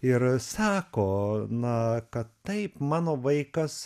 ir sako na kad taip mano vaikas